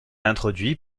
introduit